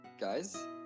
guys